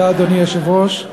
אדוני היושב-ראש,